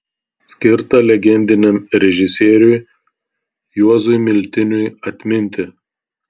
skirta legendiniam režisieriui juozui miltiniui atminti